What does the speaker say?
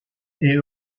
est